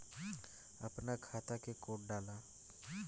अपना खाता के कोड डाला